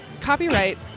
copyright